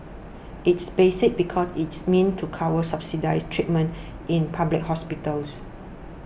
it's basic because it's meant to cover subsidised treatment in public hospitals